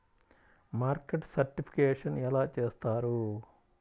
Market certification ఎలా చేస్తారు?